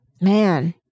man